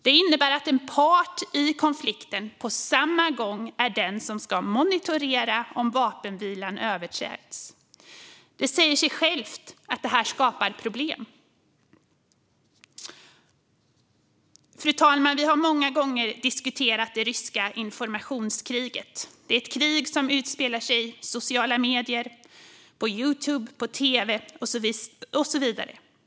Det innebär att en part i konflikten på samma gång är den som ska monitorera om vapenvilan överträds. Det säger sig självt att detta skapar problem. Fru talman! Vi har många gånger diskuterat det ryska informationskriget. Det är ett krig som utspelar sig i sociala medier, på Youtube, på tv och så vidare.